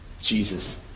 Jesus